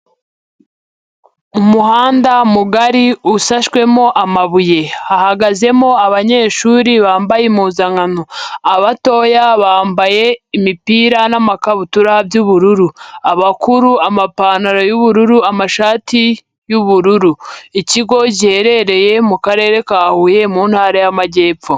Umuhanda mugari ushashwemo amabuye, hahagazemo abanyeshuri bambaye impuzankano, abatoya bambaye imipira n'amakabutura by'ubururu, abakuru amapantaro y'ubururu, amashati y'ubururu. Ikigo giherereye mu karere ka huye muntara y'amajyepfo.